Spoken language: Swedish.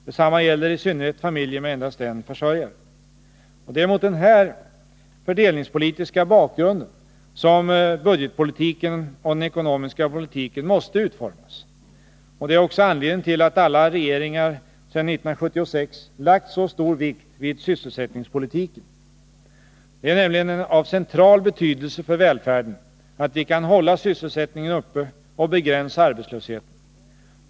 Detsamma gäller i synnerhet familjer med endast en försörjare. Det är mot den här fördelningspolitiska bakgrunden som budgetpolitiken och den ekonomiska politiken måste utformas. Det är också anledningen till att alla regeringar sedan 1976 lagt mycket stor vikt vid sysselsättningspolitiken. Det är nämligen av central betydelse för välfärden att vi kan hålla sysselsättningen uppe och begränsa arbetslösheten.